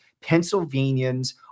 pennsylvanians